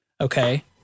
okay